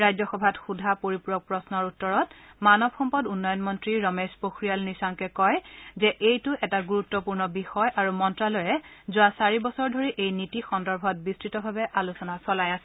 ৰাজ্যসভাত সোধা পৰিপূৰক প্ৰশ্নৰ উত্তৰত মানৱ সম্পদ উন্নয়ন মন্ত্ৰী ৰমেশ পোখৰিয়াল নিশাংকে কয় যে এইটো এটা গুৰুত্বপূৰ্ণ বিষয় আৰু মন্ত্ৰালয়ে যোৱা চাৰি বছৰ ধৰি এই নীতি সন্দৰ্ভত বিস্তৃতভাৱে আলোচনা চলাই আছে